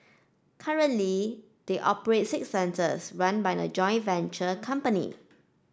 currently they operate six centres run by a joint venture company